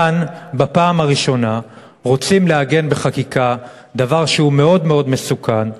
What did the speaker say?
כאן בפעם הראשונה רוצים לעגן בחקיקה דבר שהוא מאוד מאוד מסוכן.